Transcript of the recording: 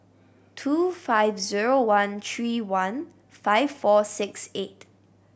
two five zero one three one five four six eight